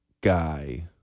guy